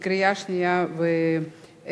קריאה שנייה ושלישית.